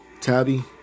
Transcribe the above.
Tabby